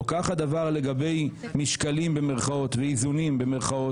לא כך הדבר לגבי "משקלים" ו"איזונים",